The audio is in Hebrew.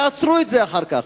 יעצרו את זה אחר כך.